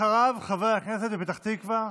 אחריו, חבר הכנסת מפתח תקווה,